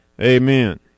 amen